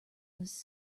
was